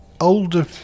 older